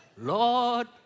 Lord